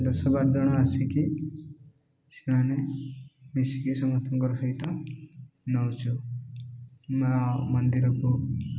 ଦଶ ବାର ଜଣ ଆସିକି ସେମାନେ ମିଶିକି ସମସ୍ତଙ୍କର ସହିତ ନଉଛୁ ମା ମନ୍ଦିରକୁ